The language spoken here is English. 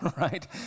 right